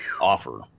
offer